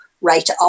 right